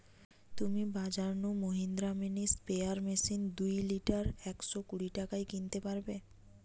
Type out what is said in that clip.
তুমি বাজর নু মহিন্দ্রা মিনি স্প্রেয়ার মেশিন দুই লিটার একশ কুড়ি টাকায় কিনতে পারবে